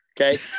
Okay